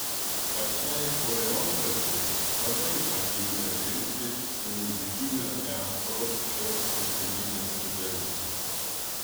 pačiai choreografei labai patinka dirbti su muzikinio teatro šios specialybės studentais